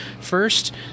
First